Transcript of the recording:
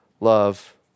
love